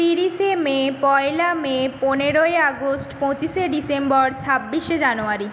তিরিশে মে পয়লা মে পনেরোই আগস্ট পঁচিশে ডিসেম্বর ছাব্বিশে জানুয়ারি